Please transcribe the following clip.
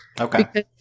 Okay